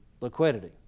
liquidity